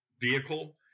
vehicle